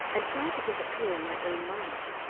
and trying to get it clear in my own mind.